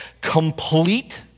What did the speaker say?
complete